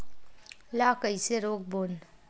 ला कइसे रोक बोन?